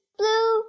blue